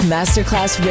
Masterclass